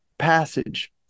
passage